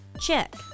Check